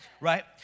right